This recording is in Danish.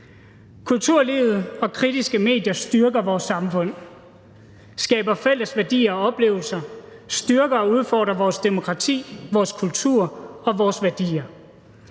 Kulturlivet og kritiske medier styrker vores samfund, skaber fælles værdier og oplevelser, styrker og udfordrer vores demokrati, vores kultur og vores værdier.